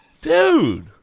Dude